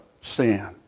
sin